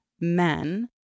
men